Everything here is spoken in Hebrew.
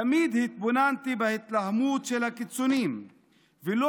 תמיד התבוננתי בהתלהמות של הקיצונים ולא